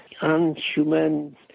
unhuman